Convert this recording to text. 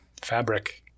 fabric